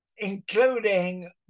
including